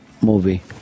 movie